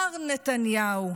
מר נתניהו,